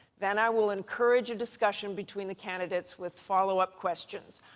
then i will encourage a discussion between the candidates with follow-up questions.